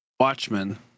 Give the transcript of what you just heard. Watchmen